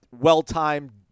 well-timed